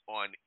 on